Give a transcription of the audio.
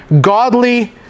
godly